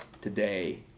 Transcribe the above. today